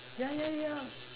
ya ya ya